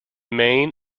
main